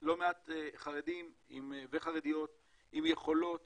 לא מעט חרדים וחרדיות עם יכולות